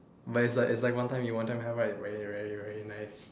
but it's like it's like one time you one time have right very very very nice